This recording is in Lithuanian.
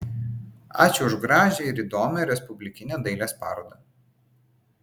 ačiū už gražią ir įdomią respublikinę dailės parodą